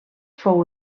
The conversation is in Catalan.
fou